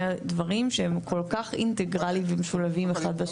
הדברים שהם כל כך אינטגרליים ומשולבים אחד בשני.